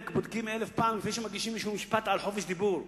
בודקים אלף פעם לפני שמגישים מישהו למשפט על חופש דיבור.